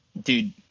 dude